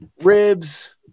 Ribs